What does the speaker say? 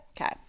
Okay